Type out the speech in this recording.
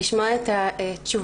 לשמוע את התשובה,